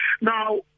now